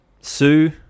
sue